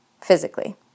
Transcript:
physically